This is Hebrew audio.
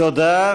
תודה.